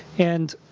and